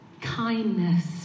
kindness